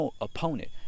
opponent